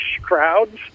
crowds